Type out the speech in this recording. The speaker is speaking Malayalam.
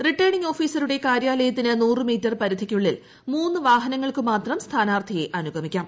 റിട്ടേണിങ് ഓഫിസറുടെ കാര്യാലയത്തിന് നൂറുമീ റ്റർ പരിധിക്കുള്ളിൽ മൂന്നു വാഹനങ്ങൾക്കു മാത്രം സ്ഥാനാർത്ഥി യെ അനുഗമിക്കാം